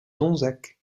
donzac